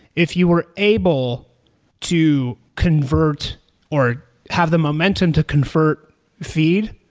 if you were able to convert or have the momentum to convert feed,